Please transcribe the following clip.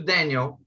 Daniel